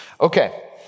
Okay